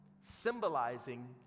symbolizing